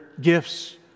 gifts